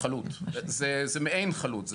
זה מעין חלוט.